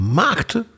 maakte